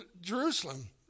Jerusalem